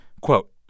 quote